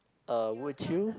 uh would you